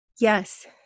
Yes